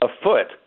afoot